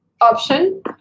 option